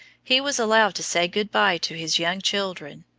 he was allowed to say good-bye to his young children,